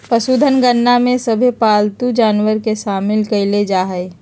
पशुधन गणना में सभे पालतू जानवर के शामिल कईल जा हइ